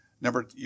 Number